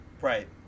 Right